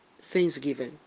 thanksgiving